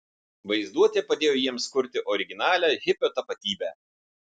vaizduotė padėjo jiems kurti originalią hipio tapatybę